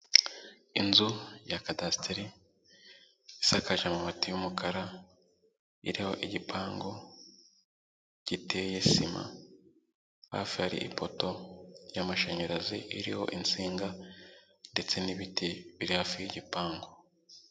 Inzu ya kadasiteri isakaje amabati y'umukara, iriho igipangu giteye sima, hafi hari ipoto y'amashanyaraz,i iriho insinga ndetse n'ibiti biri hafi y'igipangu.